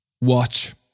Watch